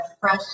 fresh